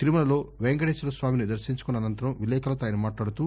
తిరుమలలో వెంకటేశ్వర స్వామిని దర్శించుకున్న అనంతరం విలేకరులతో ఆయన మాట్లాడారు